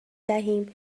دهیم